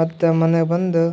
ಮತ್ತೆ ಮನೆಗೆ ಬಂದು